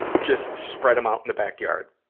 just spread em out in the backyard.